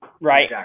right